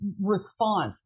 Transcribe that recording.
response